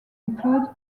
include